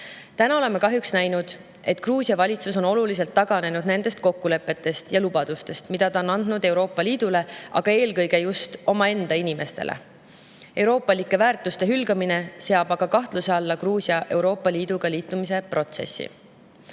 oleme kahjuks näinud, et Gruusia valitsus on oluliselt taganenud kokkulepetest ja lubadustest, mille ta on andnud Euroopa Liidule, aga eelkõige just omaenda inimestele. Euroopalike väärtuste hülgamine seab kahtluse alla Gruusia Euroopa Liiduga liitumise protsessi.